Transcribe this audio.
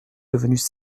devenues